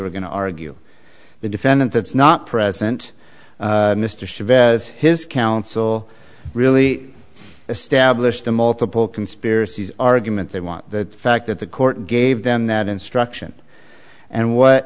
were going to argue the defendant that's not present mr chavez his counsel really established the multiple conspiracies argument they want the fact that the court gave them that instruction and what